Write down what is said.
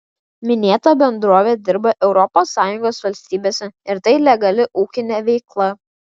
minėta bendrovė dirba europos sąjungos valstybėse ir tai legali ūkinė veikla